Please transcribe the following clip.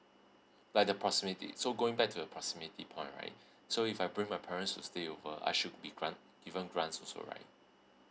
like the proximity so going back to the proximity point right so if I bring my parents to stay over I should be grant given grants also right